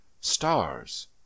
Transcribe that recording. stars